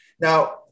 Now